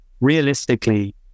realistically